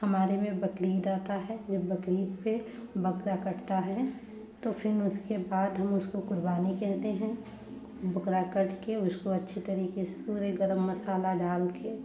हमारे में बकरीद आता है जब बकरीद पर बकरा कटता है तो फिर उसके बाद हम उसको कुर्बानी कहते हैं बकरा कट कर उसको अच्छी तरीके से पूरे गरम मसाला डाल कर